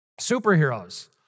Superheroes